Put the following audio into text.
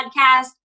podcast